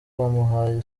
bamuhaye